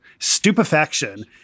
stupefaction